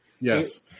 Yes